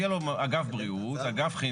יהיה לו אגף בריאות, אגף חינוך.